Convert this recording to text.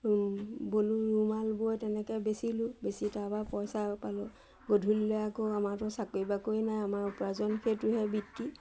অঁ বলোঁ ৰুমাল বৈ তেনেকৈ বেচিলোঁ বেচি তাৰপৰা পইচা পালোঁ গধূলিলৈ আকৌ আমাৰতো চাকৰি বাকৰি নাই আমাৰ উপাৰ্জন সেইটোহে বৃত্তি